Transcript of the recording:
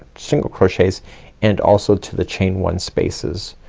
single crochets and also to the chain one spaces.